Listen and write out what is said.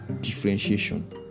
differentiation